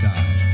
God